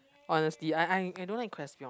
honestly I I I don't like Crestvion